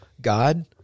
God